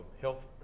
health